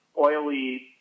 oily